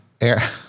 Air